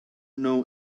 know